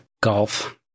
golf